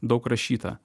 daug rašyta